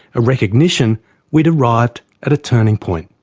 a recognition we'd arrived at a turning point.